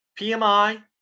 PMI